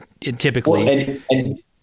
typically